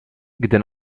gdy